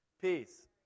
Peace